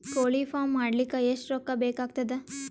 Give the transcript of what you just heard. ಕೋಳಿ ಫಾರ್ಮ್ ಮಾಡಲಿಕ್ಕ ಎಷ್ಟು ರೊಕ್ಕಾ ಬೇಕಾಗತದ?